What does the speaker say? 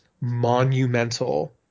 monumental